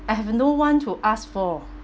I have no one to ask for